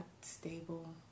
stable